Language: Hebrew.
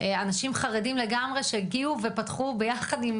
אנשים חרדים לגמרי שהגיעו ופתחו ביחד עם